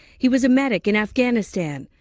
he was a medic in afghanistan,